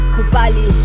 Kubali